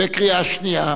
בקריאה שנייה.